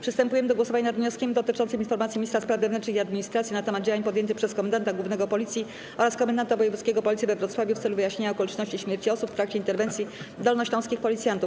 Przystępujemy do głosowania nad wnioskiem dotyczącym informacji Ministra Spraw Wewnętrznych i Administracji na temat działań podjętych przez Komendanta Głównego Policji oraz Komendanta Wojewódzkiego Policji we Wrocławiu w celu wyjaśnienia okoliczności śmierci osób w trakcie interwencji dolnośląskich policjantów.